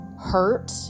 hurt